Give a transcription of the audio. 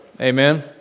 Amen